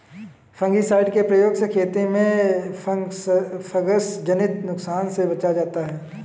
fungicide के प्रयोग से खेती में फँगसजनित नुकसान से बचा जाता है